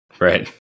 Right